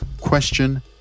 question